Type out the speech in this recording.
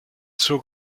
zur